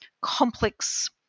complex